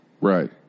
Right